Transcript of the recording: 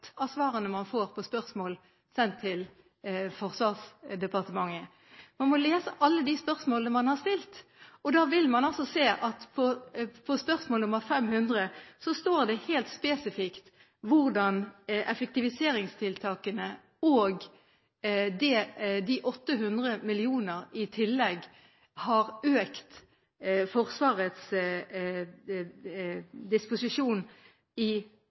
av svarene man får på spørsmål sendt til Forsvarsdepartementet – man må lese svarene på alle de spørsmålene man har stilt. Da vil man se at i svaret på spørsmål nr. 500 står det helt spesifikt hvordan effektiviseringstiltakene og de 800 mill. kr i tillegg har økt Forsvarets disposisjon i